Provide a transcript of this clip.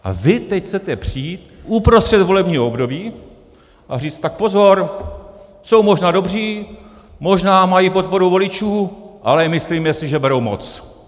A vy teď chcete přijít uprostřed volebního období a říct: tak pozor, jsou možná dobří, možná mají podporu voličů, ale myslíme si, že berou moc.